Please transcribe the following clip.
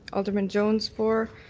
alderman jones, for.